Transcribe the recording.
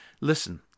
Listen